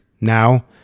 now